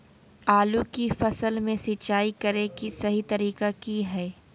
आलू की फसल में सिंचाई करें कि सही तरीका की हय?